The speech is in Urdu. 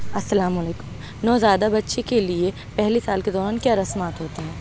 السلام علیکم نوزائیدہ بچے کے لیے پہلے سال کے دوران کیا رسمات ہوتی ہیں